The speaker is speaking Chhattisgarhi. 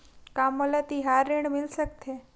का मोला तिहार ऋण मिल सकथे?